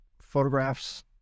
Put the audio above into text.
photographs